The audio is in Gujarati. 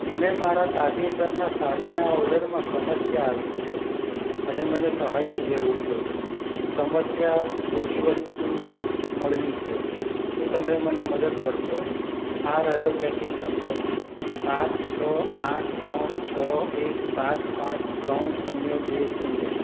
મને મારા તાજેતરના સાડીના ઓર્ડરમાં સમસ્યા આવી છે અને મને સહાયની જરૂર છે સમસ્યા ખોટી વસ્તુ મળવી છે શું તમે મને મદદ કરશો આ રહ્યો ટ્રેકિંગ નંબર સાત છ આઠ ત્રણ છ એક સાત પાંચ ત્રણ શૂન્ય બે શૂન્ય